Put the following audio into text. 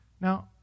Now